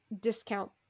discount